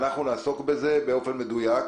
בשביל להיות הוגן,